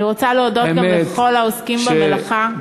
אני רוצה להודות גם לכל העוסקים במלאכה,